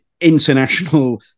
international